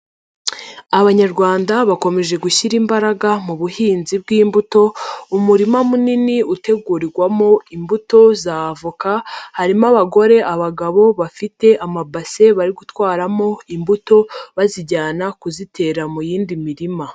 Abanyarwanda bakomeje gushyira imbaraga mu buhinzi bw'imbuto, umurima munini utegurirwamo imbuto za avoka, harimo abagore, abagabo, bafite amabase bari gutwaramo imbuto bazijyana kuzitera mu yindi mirima.